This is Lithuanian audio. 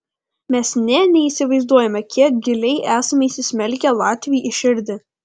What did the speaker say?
mes nė neįsivaizduojame kiek giliai esame įsismelkę latviui į širdį